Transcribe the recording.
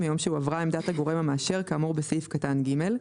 עמדת הגורם המאשר כאמור בסעיף קטן (ג),